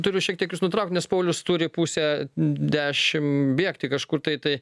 turiu šiek tiek jus nutraukti nes paulius turi pusę dešimt bėgti kažkur tai tai